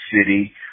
city